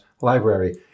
library